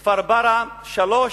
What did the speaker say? כפר-ברא, 3,